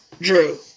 Drew